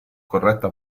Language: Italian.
corretta